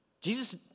Jesus